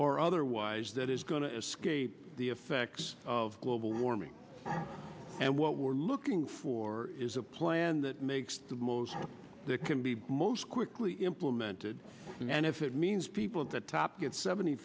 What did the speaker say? or otherwise that is going to escape the effects of global warming and what we're looking for is a plan that makes the most that can be most quickly implemented and if it means people at the top get seventy